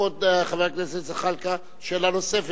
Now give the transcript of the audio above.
כבוד חבר הכנסת זחאלקה, שאלה נוספת.